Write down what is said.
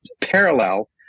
parallel